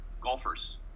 golfers